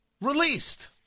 released